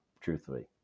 Truthfully